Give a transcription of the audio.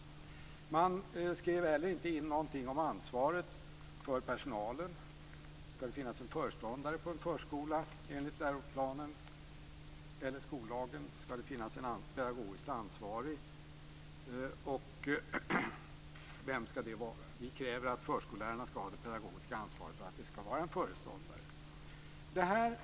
Man skrev heller inte in någonting om ansvaret för personalen. Skall det finnas en föreståndare på en förskola? Enligt läroplanen eller skollagen skall det finnas en pedagogiskt ansvarig. Vem skall det vara? Vi kräver att förskollärarna skall ha det pedagogiska ansvaret och att det skall vara en föreståndare.